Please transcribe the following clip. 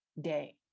day